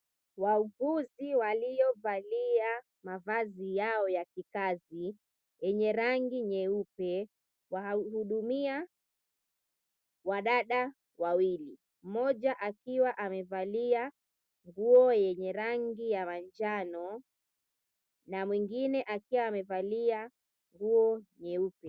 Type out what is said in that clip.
Wauguzi waliovalia mavazi yao ya kikazi yenye rangi nyeupe wahudumia wadada wawili mmoja akiwa amevalia nguo yenye rangi ya manjano na mwengine akiwa amevalia nguo nyeupe.